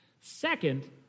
Second